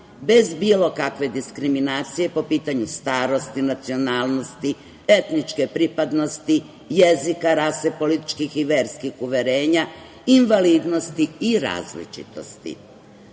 bez bilo kakve diskriminacije po pitanju starosti, nacionalnosti, etničke pripadnosti, jezika, rase, političkih i verskih uverenja, invalidnosti i različitosti. Član